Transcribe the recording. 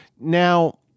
now